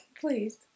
please